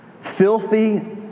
filthy